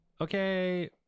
okay